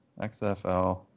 XFL